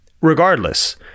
regardless